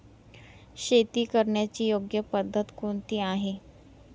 शेती करण्याची योग्य पद्धत कोणती आहे?